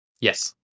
Yes